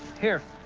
here.